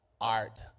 art